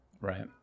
Right